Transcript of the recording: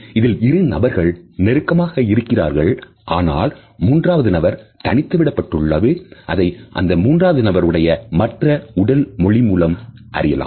இதில் இரு நபர்கள் நெருக்கமாக இருக்கிறார்கள் ஆனால் மூன்றாவது நபர் தனித்து விடப்பட்டு உள்ளது அதை அந்த மூன்றாவது நபர் உடைய மற்ற உடல் மொழி மூலம் அறியலாம்